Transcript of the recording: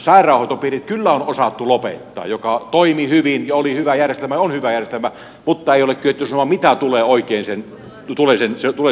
sairaanhoitopiirit kyllä on osattu lopettaa jotka toimivat hyvin ja olivat hyvä järjestelmä ja ovat hyvä järjestelmä mutta ei ole kyetty sanomaan mitä tulee oikein sen tilalle